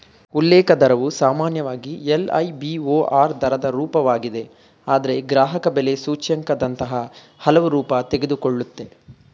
ಉಲ್ಲೇಖ ದರವು ಸಾಮಾನ್ಯವಾಗಿ ಎಲ್.ಐ.ಬಿ.ಓ.ಆರ್ ದರದ ರೂಪವಾಗಿದೆ ಆದ್ರೆ ಗ್ರಾಹಕಬೆಲೆ ಸೂಚ್ಯಂಕದಂತಹ ಹಲವು ರೂಪ ತೆಗೆದುಕೊಳ್ಳುತ್ತೆ